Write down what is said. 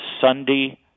Sunday